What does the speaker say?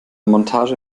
montage